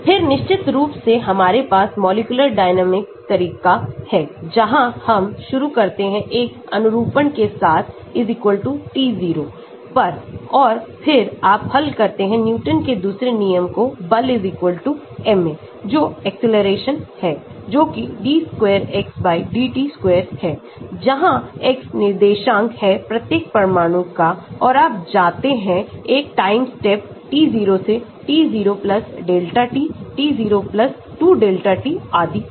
फिर निश्चित रूप से हमारे पासमॉलिक्यूलर डायनेमिकस तरीका है जहां हम शुरू करते हैं एक अनुरूपण से साथ t0 पर और फिर आप हल करते हैं न्यूटन के दूसरे नियम को बल ma जो acceleration है जोकि d square xdt square है जहां x निर्देशांक है प्रत्येक परमाणु का और आप जाते हैं एक टाइम स्टेप t0 से t0 delta t t 0 2 delta t आदि तक